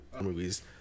movies